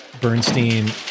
Bernstein